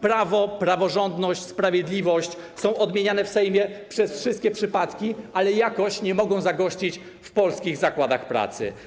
Prawo, praworządność, sprawiedliwość są odmieniane w Sejmie przez wszystkie przypadki, ale jakoś nie mogą zagościć w polskich zakładach pracy.